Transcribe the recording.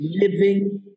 living